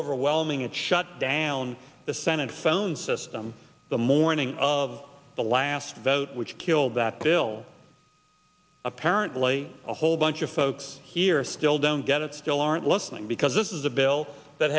overwhelming it shut down the senate phone system the morning of the last vote which killed that bill apparently a whole bunch of folks here still don't get it still aren't listening because this is a bill that